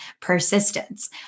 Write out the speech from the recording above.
persistence